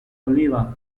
oliva